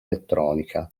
elettronica